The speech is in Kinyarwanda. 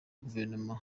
guverinoma